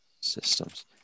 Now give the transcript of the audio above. Systems